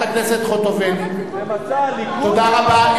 תודה רבה.